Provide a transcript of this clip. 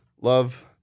love